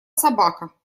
собака